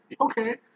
Okay